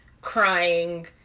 crying